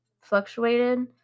fluctuated